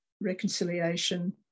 Reconciliation